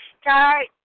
start